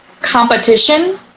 competition